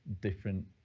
different